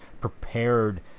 prepared